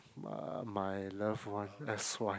my loved one that's why